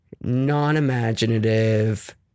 non-imaginative